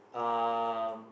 um